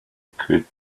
could